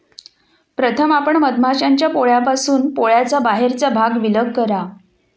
प्रथम आपण मधमाश्यांच्या पोळ्यापासून पोळ्याचा बाहेरचा भाग विलग करा